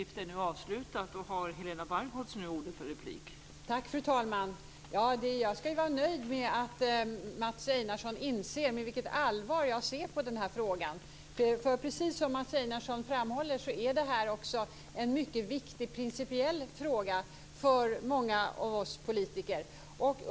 Fru talman! Jag ska vara nöjd med att Mats Einarsson inser med vilket allvar jag ser på den här frågan. Precis som Mats Einarsson framhåller är det här också en mycket viktig principiell fråga för många av oss politiker.